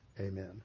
Amen